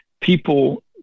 People